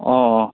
অ